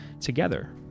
together